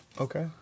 Okay